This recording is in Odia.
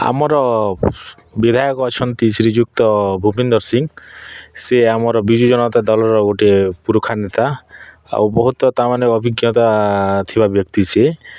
ଆମର ବିଧାୟକ ଅଛନ୍ତି ଶ୍ରୀଯୁକ୍ତ ଭୂପିନ୍ଦର ସିଂ ସେ ଆମର ବିଜୁ ଜନତା ଦଳର ଗୋଟିଏ ପୁରୁଖା ନେତା ଆଉ ବହୁତ ତା ମାନେ ଅଭିଜ୍ଞତା ଥିବା ବ୍ୟକ୍ତି ସିଏ